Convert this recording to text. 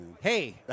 Hey